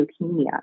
leukemia